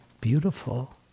beautiful